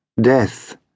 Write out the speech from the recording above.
death